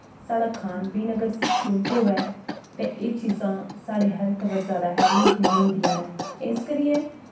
साढ़ा खान पीन अगर शुद्ध होऐ ते एह् चीजां साढ़े हैल्थ पर जादा हाबी नेईं होंदियां न इस करियै